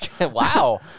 wow